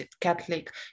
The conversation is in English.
Catholic